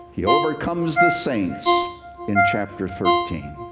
he overcomes the saints in chapter thirteen.